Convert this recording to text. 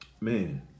man